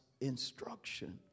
instruction